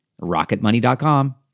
rocketmoney.com